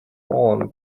borne